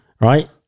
right